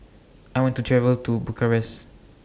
I want to travel to Bucharest